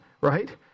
right